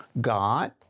God